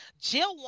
jill